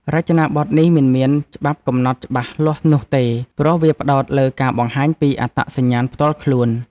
រចនាប័ទ្មនេះមិនមានច្បាប់កំណត់ច្បាស់លាស់នោះទេ ព្រោះវាផ្តោតលើការបង្ហាញពីអត្តសញ្ញាណផ្ទាល់ខ្លួន។